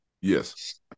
Yes